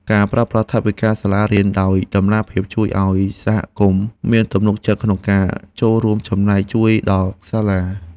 ការប្រើប្រាស់ថវិកាសាលារៀនដោយតម្លាភាពជួយឱ្យសហគមន៍មានទំនុកចិត្តក្នុងការចូលរួមចំណែកជួយដល់សាលា។